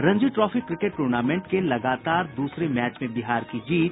Ranji trophy cricket tournament के लगातार दूसरे मैच में बिहार की जीत